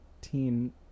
Teen